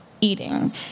eating